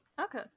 Okay